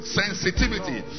sensitivity